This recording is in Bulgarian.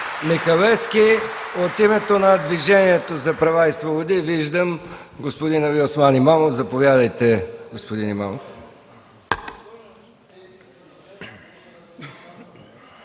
Михалевски. От името на Движението за права и свободи виждам господин Алиосман Имамов – заповядайте, господин Имамов.